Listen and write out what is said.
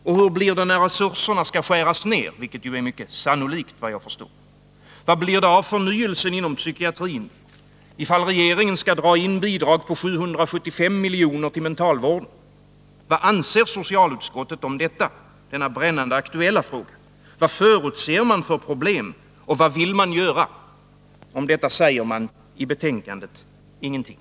Och hur blir det när resurserna skall skäras ner — vilket, såvitt jag förstår, är mycket sannolikt? Vad blir det av förnyelsen inom psykiatrin, ifall regeringen skall dra in bidrag på 775 milj.kr. till mentalvården? Vad anser socialutskottet om detta? Det är en brännande aktuell fråga. Vilka problem förutser man och vad vill man göra? Om detta säger man i betänkandet ingenting.